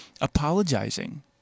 apologizing